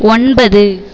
ஒன்பது